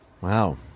Wow